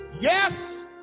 yes